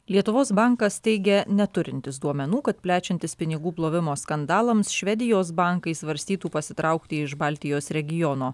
lietuvos bankas teigia neturintis duomenų kad plečiantis pinigų plovimo skandalams švedijos bankai svarstytų pasitraukti iš baltijos regiono